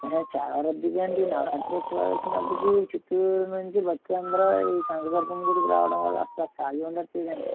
చాలా రద్దీగా ఉంది నవరాత్రుల ఉత్సవాలు వచ్చేటప్పటకి చుట్టూ ఊళ్ళ నుండి భక్తులందరు ఈ కనకదుర్గమ్మ గుడికి రావటం వలన అస్సలు ఖాళీ ఉండటం లేదండి